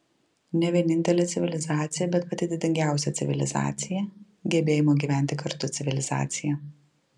ne vienintelė civilizacija bet pati didingiausia civilizacija gebėjimo gyventi kartu civilizacija